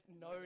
no